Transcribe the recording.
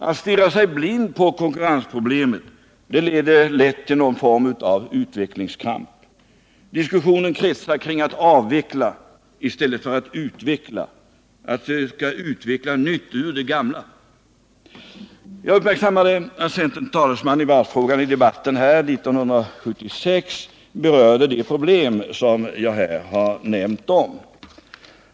Att stirra sig blind på konkurrensproblemen leder lätt till någon form av utvecklingskramp. Diskussionen kretsar då kring att avveckla i stället för att utveckla — utveckla nytt ur det gamla. Jag observerar att centerns talesman i varvsfrågan i debatten här 1976 berörde de problem som jag här omnämnt.